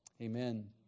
Amen